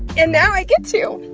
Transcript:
and now i get to.